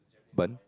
bun